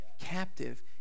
captive